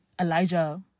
Elijah